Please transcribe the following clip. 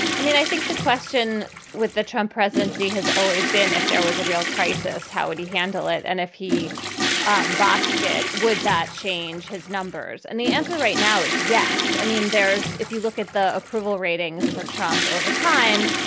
i mean, i think the question with the trump presidency has always been, if there was a real crisis, how would he handle it? and if he um botched it, would that change his numbers? and the answer right now is yes. i mean, there's if you look at the approval ratings for trump over time,